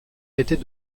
était